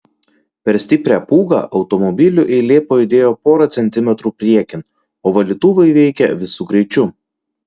per stiprią pūgą automobilių eilė pajudėjo porą centimetrų priekin o valytuvai veikė visu greičiu